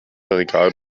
regal